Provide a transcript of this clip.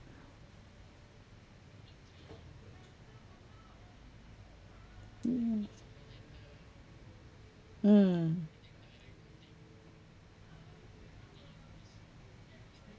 mm mm